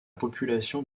population